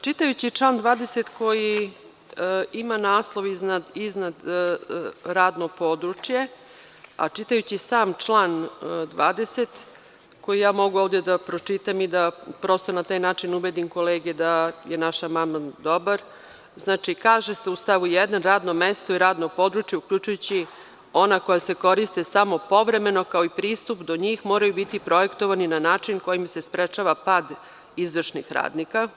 Čitajući član 20. koji ima naslov iznad – radno područje, a čitajući i sam član 20, koji mogu da pročitam i da prosto na taj način ubedim kolege da je naš amandman dobar, kaže u stavu 1. – radno mesto i radno područje, uključujući ona koja se koriste samo povremeno, kao i pristup donjih, moraju biti projektovani na način kojim se sprečava pad izvršnih radnika.